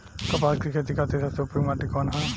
कपास क खेती के खातिर सबसे उपयुक्त माटी कवन ह?